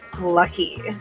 lucky